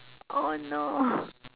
oh no